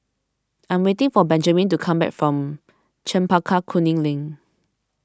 I am waiting for Benjaman to come back from Chempaka Kuning Link